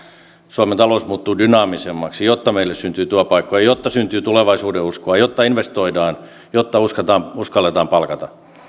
suomen talous muuttuu dynaamisemmaksi jotta meille syntyy työpaikkoja jotta syntyy tulevaisuudenuskoa jotta investoidaan jotta uskalletaan palkata